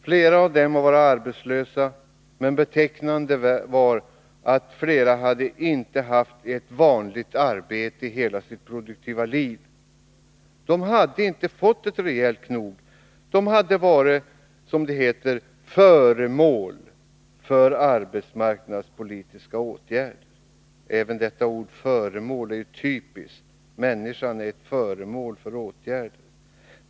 Flera av dem hade varit arbetslösa, och betecknande var att flera inte haft ett vanligt arbete i sitt produktiva liv. De hade inte fått ett rejält knog. De hade varit, som det heter, föremål för arbetsmarknadspolitiska åtgärder. Även uttrycket föremål för är typiskt — människor är ”föremål för åtgärder”.